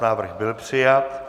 Návrh byl přijat.